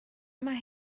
mae